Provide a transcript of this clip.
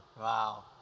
Wow